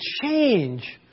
change